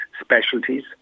specialties